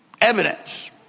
evidence